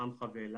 'עמך' ואל"ה,